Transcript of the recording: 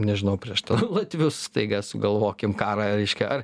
nežinau prieš latvius staiga sugalvokim karą reiškia ar